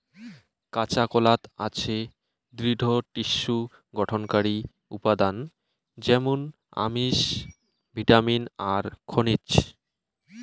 কাঁচাকলাত আছে দৃঢ টিস্যু গঠনকারী উপাদান য্যামুন আমিষ, ভিটামিন আর খনিজ